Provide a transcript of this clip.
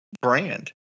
brand